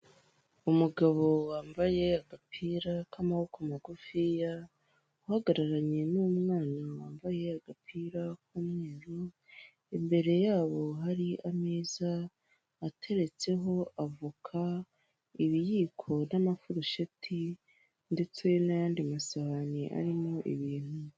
Umugabo wambaye agapira k'amaboko magufi, uhagararanye n'umwana wambaye agapira k'umweru, imbere yabo hari ameza ateretseho avoka, ibiyiko, n'amafirushiti ndetse n'ayandi masahani arimo ibintu.